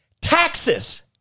Taxes